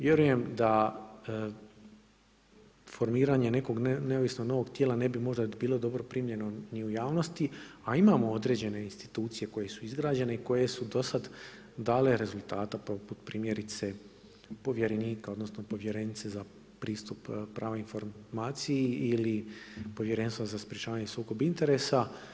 Vjerujem da formiranje nekog neovisnog novog tijela ne bi možda bilo dobro primljeno ni u javnosti a imamo određen institucije koje su izrađene i koje su do sad dale rezultata poput primjerice povjerenika odnosno povjerenice za pristup pravu informaciji ili Povjerenstvu za sprječavanje sukoba interesa.